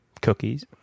Cookies